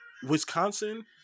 Wisconsin